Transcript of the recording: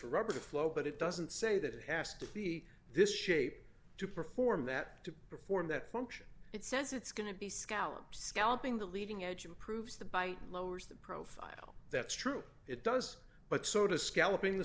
rubber to flow but it doesn't say that it has to be this shape to perform that to perform that function it says it's going to be scallop scalloping the leading edge improves the bite lowers the profile that's true it does but sort of scalloping the